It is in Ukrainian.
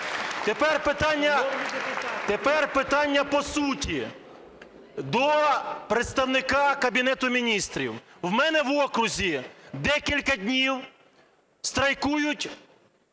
Тепер питання по суті, до представника Кабінету Міністрів. У мене в окрузі декілька днів страйкують